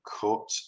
cut